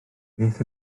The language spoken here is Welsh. beth